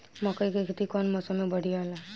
मकई के खेती कउन मौसम में बढ़िया होला?